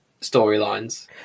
storylines